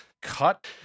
cut